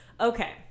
Okay